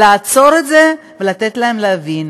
לעצור את זה, ולתת להם להבין